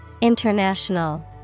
International